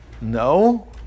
No